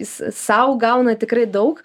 jis sau gauna tikrai daug